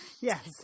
Yes